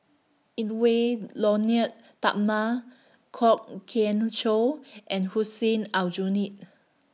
Edwy Lyonet Talma Kwok Kian Chow and Hussein Aljunied